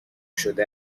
شده